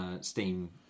Steam